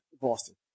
Boston